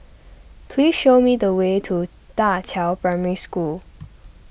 please show me the way to Da Qiao Primary School